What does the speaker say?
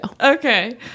Okay